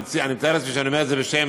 אני מתאר לעצמי שאני אומר את זה בשם